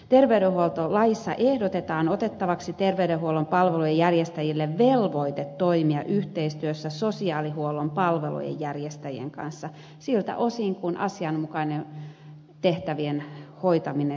terveydenhuoltolaissa ehdotetaan otettavaksi terveydenhuollon palvelujen järjestäjille velvoite toimia yhteistyössä sosiaalihuollon palvelujen järjestäjien kanssa siltä osin kuin asianmukainen tehtävien hoitaminen sitä vaatii